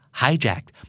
hijacked